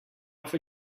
off